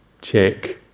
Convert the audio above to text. check